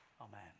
Amen